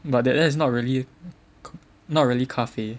but th~ that's not really not really 咖啡